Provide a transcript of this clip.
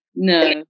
no